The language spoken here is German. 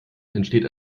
entsteht